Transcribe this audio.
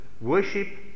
worship